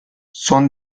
son